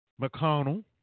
McConnell